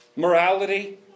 Morality